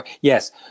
Yes